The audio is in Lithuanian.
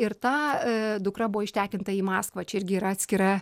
ir ta dukra buvo ištekinta į maskvą čia irgi yra atskira